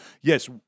yes